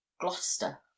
Gloucester